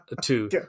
Two